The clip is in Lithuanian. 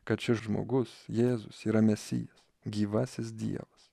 kad šis žmogus jėzus yra mesijas gyvasis dievas